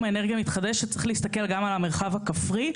האנרגיה המתחדשת צריך להסתכל גם על המרחב הכפרי.